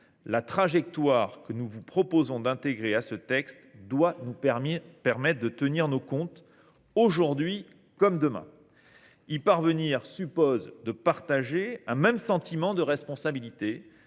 La trajectoire que nous vous proposons d’intégrer à ce texte doit nous permettre de tenir nos comptes, aujourd’hui comme demain. Y parvenir suppose non seulement de partager un même sentiment de responsabilité,